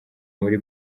muri